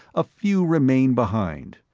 a few remained behind.